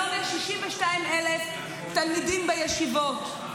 היום יש 62,000 תלמידים בישיבות.